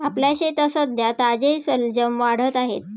आपल्या शेतात सध्या ताजे शलजम वाढत आहेत